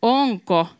onko